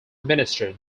minister